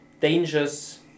dangers